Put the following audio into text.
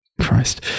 Christ